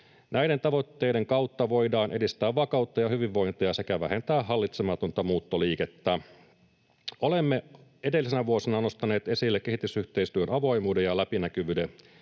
Näiden tavoitteiden kautta voidaan edistää vakautta ja hyvinvointia sekä vähentää hallitsematonta muuttoliikettä. Olemme edellisinä vuosina nostaneet esille kehitysyhteistyön avoimuuden ja läpinäkyvyyden